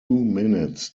minutes